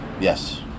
yes